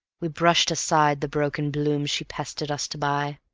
we brushed aside the broken blooms she pestered us to buy